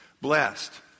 Blessed